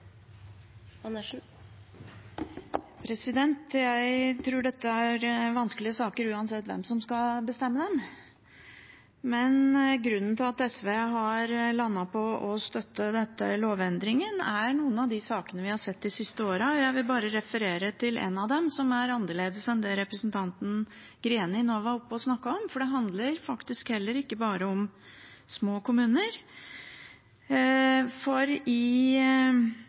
vanskelige saker uansett hvem som skal bestemme dem, men grunnen til at SV har landet på å støtte denne lovendringen, er noen av de sakene vi har sett de siste årene. Jeg vil bare referere til en av dem, som er annerledes enn dem representanten Greni nå var oppe og snakket om, for det handler faktisk heller ikke bare om små kommuner. Etter behandlingen av Innst. 52 S for